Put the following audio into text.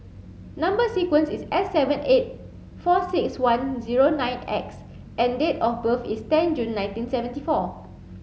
number sequence is S seven eight four six one zero nine X and date of birth is ten June nineteen seventy four